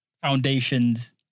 foundations